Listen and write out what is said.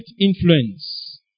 influence